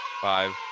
Five